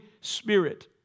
Spirit